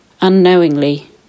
unknowingly